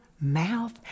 mouth